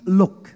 look